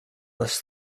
this